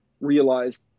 realized